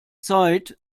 zeit